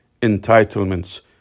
entitlements